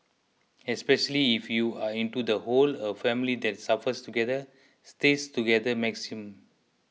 especially if you are into the whole of family that suffers together stays together maxim